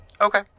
okay